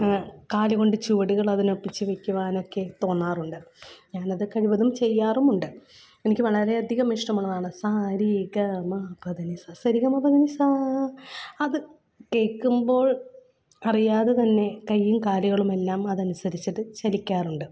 കാലുകൊണ്ട് ചുവടുകളതിനൊപ്പിച്ച് വയ്ക്കുവാനൊക്കെ തോന്നാറുണ്ട് ഞാനത് കഴിവതും ചെയ്യാറുമുണ്ട് എനിക്ക് വളരെയധികം ഇഷ്ടമുള്ളതാണ് സാ രി ഗ മ പ ധ നി സരിഗമപധനിസാ അത് കേള്ക്കുമ്പോൾ അറിയാതെ തന്നെ കയ്യും കാലുകളുമെല്ലാം അതനുസരിച്ചിട്ട് ചലിക്കാറുണ്ട്